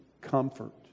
comfort